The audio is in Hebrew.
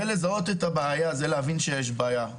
זה לזהות את הבעיה ולהבין שיש בעיה.